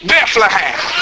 Bethlehem